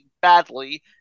badly